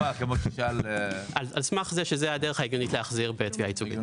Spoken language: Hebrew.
על סמך זה שזוהי הדרך ההגיונית להחזיר בתביעה ייצוגית.